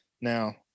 now